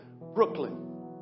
Brooklyn